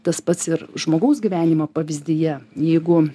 tas pats ir žmogaus gyvenimo pavyzdyje jeigu